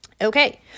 Okay